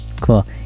Cool